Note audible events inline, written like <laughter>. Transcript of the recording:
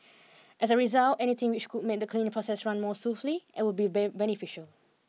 as a result anything which could make the cleaning process run more smoothly and would be <unintelligible> beneficial